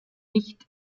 nicht